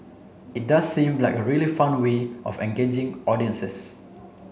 it does seem like a really fun way of engaging audiences